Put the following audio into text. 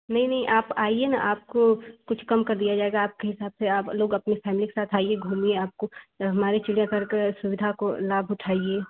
नहीं नहीं आप आइए ना आपको कुछ कम कर दिया जाएगा आपके हिसाब से आप लोग अपनी फैमिली के साथ आइए घूमिए आपको हमारे चिड़ियाघर की सुविधा का लाभ उठाइए